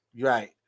Right